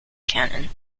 canyon